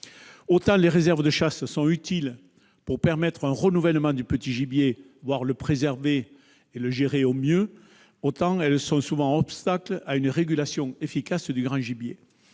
Autant les réserves de chasse sont utiles pour permettre un renouvellement du petit gibier, voire pour le préserver et le gérer au mieux, autant elles font souvent obstacle à une régulation efficace du grand gibier.